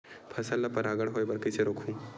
फसल ल परागण होय बर कइसे रोकहु?